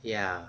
ya